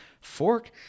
fork